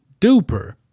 duper